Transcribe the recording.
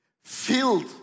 filled